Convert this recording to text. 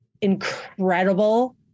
incredible